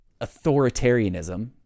authoritarianism